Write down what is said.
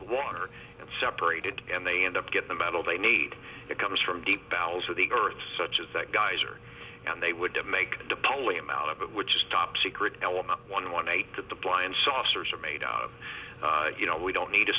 water and separated and they end up get the metal they need it comes from deep bowels of the earth such as that geyser and they would make the bali amount of it which is top secret element one one eight that the blind saucers are made out of you know we don't need a